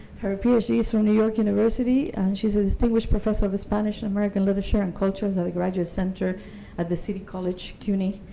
her ph d. is from new york university and she's distinguished professor of spanish-american literature and cultures at ah the graduate center at the city college cuny,